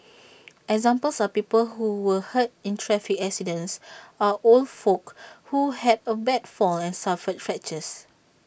examples are people who were hurt in traffic accidents or old folk who had A bad fall and suffered fractures